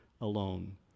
alone